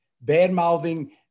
bad-mouthing